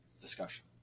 discussion